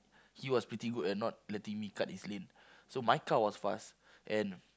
he was pretty good at not letting me cut his lane so my car was fast and